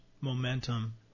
momentum